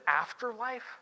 afterlife